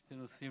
שני נושאים,